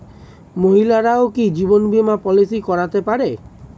মহিলারাও কি জীবন বীমা পলিসি করতে পারে?